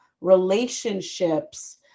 relationships